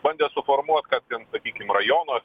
bandė suformuot kad ten sakykim rajono